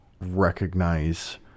recognize